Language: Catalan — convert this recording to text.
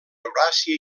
euràsia